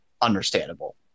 understandable